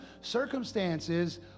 Circumstances